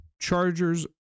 Chargers